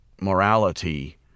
morality